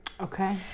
Okay